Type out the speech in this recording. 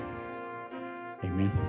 Amen